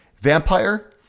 vampire